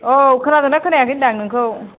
औ खोनादोंना खोनायाखै होनदां नोंखौ